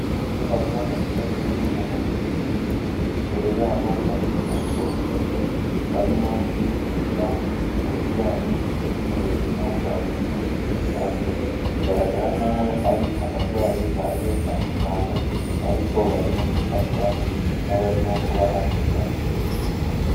Mu nyubako hateraniyemo abantu benshi, imbere yabo hari abagabo batatu barimo kubigisha mu bijyanye n'ubuzima bwa buri munsi busanzwe, bigaragara nkaho ari abarwayi baje kwa muganga ariko barimo gufashwa n'abarimo kubaha ibiganiro.